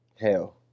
Hell